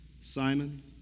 Simon